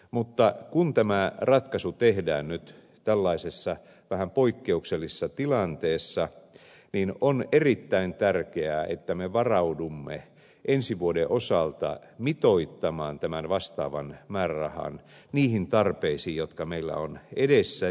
mutta kun tämä ratkaisu tehdään nyt tällaisessa vähän poikkeuksellisessa tilanteessa niin on erittäin tärkeää että me varaudumme ensi vuoden osalta mitoittamaan tämän vastaavan määrärahan niihin tarpeisiin jotka meillä on edessä